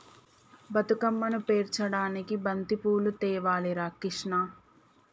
బతుకమ్మను పేర్చడానికి బంతిపూలు తేవాలి రా కిష్ణ